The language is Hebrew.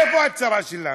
איפה הצרה שלנו?